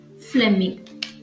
Fleming